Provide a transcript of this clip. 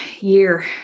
year